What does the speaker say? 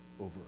over